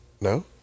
No